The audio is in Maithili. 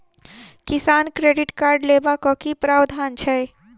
किसान क्रेडिट कार्ड लेबाक की प्रावधान छै?